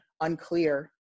unclear